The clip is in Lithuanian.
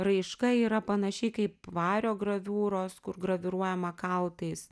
raiška yra panašiai kaip vario graviūros kur graviruojama kaltais